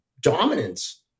dominance